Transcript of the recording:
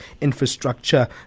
infrastructure